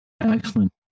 excellent